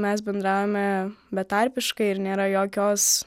mes bendravome betarpiškai ir nėra jokios